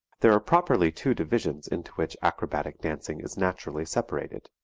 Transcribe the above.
there are properly two divisions into which acrobatic dancing is naturally separated